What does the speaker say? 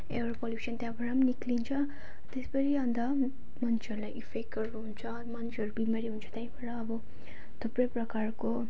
air pollution त्यहाँबाट पनि निस्किन्छ त्यसपछि अन्त मान्छेहरूलाई इफेक्टहरू हुन्छ मान्छेहरू बिमारी हुन्छ त्यहीबाट अब थुप्रै प्रकारको